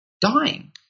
dying